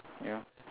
ya